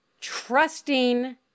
trusting